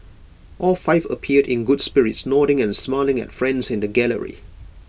all five appeared in good spirits nodding and smiling at friends in the gallery